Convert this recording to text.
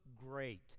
great